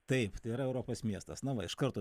taip tai yra europos miestas na va iš karto